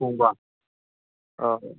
गंबा